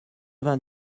vingt